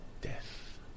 death